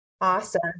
Awesome